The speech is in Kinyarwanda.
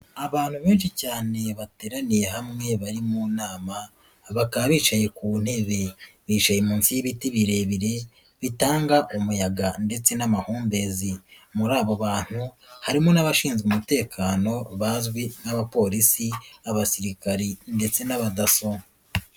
Abantu benshi cyane bateraniye hamwe bari mu nama, bakaba bicaye ku ntebe. Bicaye munsi y'ibiti birebire, bitanga umuyaga ndetse n'amahumbezi. Muri abo bantu harimo n'abashinzwe umutekano bazwi nk'abapolisi, abasirikari ndetse n'abadaso.